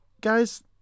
guys